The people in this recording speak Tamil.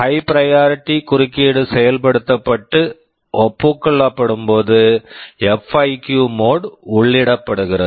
ஹை பிரையாரிட்டி high priority குறுக்கீடு செயல்படுத்தப்பட்டு ஒப்புக் கொள்ளப்படும்போது எப்ஐகிவ் FIQ மோட் mode உள்ளிடப்படுகிறது